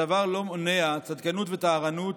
הדבר לא מונע צדקנות וטהרנות,